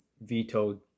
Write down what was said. vetoed